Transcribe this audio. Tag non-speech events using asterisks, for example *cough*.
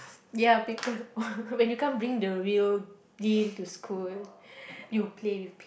ya paper *laughs* when you can't bring the real deal to school you play with